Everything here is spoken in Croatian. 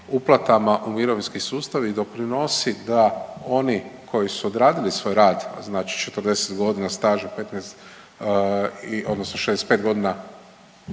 uplatama u mirovinski sustav i doprinosi da oni koji su odradili svoj rad, znači 40 godina staža, odnosno 65 godina